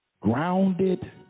grounded